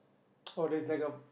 all there's like a